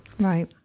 Right